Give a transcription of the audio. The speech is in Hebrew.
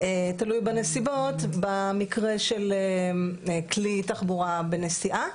תלוי בנסיבות, במקרה של כלי תחבורה בנסיעה.